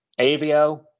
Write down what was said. Avio